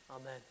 amen